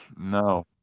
No